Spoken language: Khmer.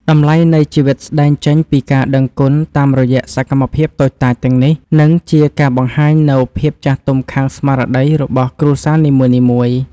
តម្លៃនៃជីវិតស្តែងចេញពីការដឹងគុណតាមរយៈសកម្មភាពតូចតាចទាំងនេះ និងជាការបង្ហាញនូវភាពចាស់ទុំខាងស្មារតីរបស់គ្រួសារនីមួយៗ។